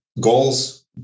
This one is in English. goals